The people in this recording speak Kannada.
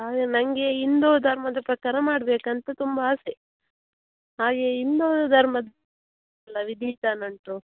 ಆದರೆ ನನಗೆ ಹಿಂದೂ ಧರ್ಮದ ಪ್ರಕಾರ ಮಾಡಬೇಕಂತ ತುಂಬಾ ಆಸೆ ಹಾಗೆ ಹಿಂದೂ ಧರ್ಮದ ಎಲ್ಲ ವಿಧಿ ವಿಧಾನ ಉಂಟು